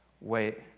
Wait